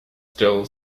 still